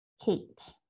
Kate